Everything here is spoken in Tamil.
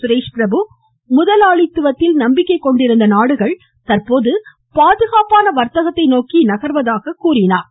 சுரேஷ்பிரபு முதலாளித்துவத்தில் நம்பிக்கை கொண்டிருந்த நாடுகள் தற்போது பாதுகாப்பான வர்த்தகத்தை நோக்கி நகர்வதாக கூறினார்